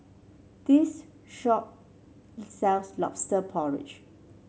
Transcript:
this shop sells lobster porridge